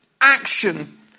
action